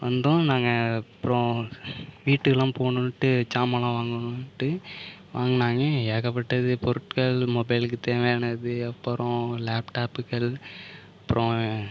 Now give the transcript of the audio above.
வந்தோம் நாங்கள் அப்புறம் வீட்டுகெல்லாம் போகணுன்னுட்டு சாமான்லாம் வாங்கணுன்னுட்டு வாங்குனாங்க ஏகப்பட்டது பொருட்கள் மொபைலுக்கு தேவையானது அப்பறம் லேப்டாப்புகள் அப்புறம்